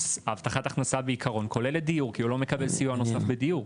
הבטחת הכנסה בעיקרון כוללת דיור כי הוא לא מקבל סיוע נוסף בדיור.